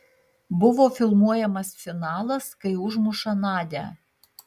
buvo filmuojamas finalas kai užmuša nadią